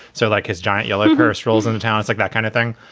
so, like his giant yellow hearse rolls into town, it's like that kind of thing.